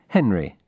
Henry